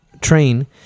train